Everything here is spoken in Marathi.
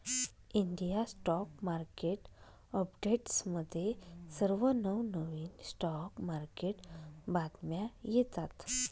इंडिया स्टॉक मार्केट अपडेट्समध्ये सर्व नवनवीन स्टॉक मार्केट बातम्या येतात